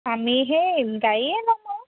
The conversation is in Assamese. আমি সেই গাড়ীয়ে ল'ম আৰু